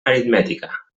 aritmètica